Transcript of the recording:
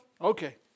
okay